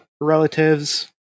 relatives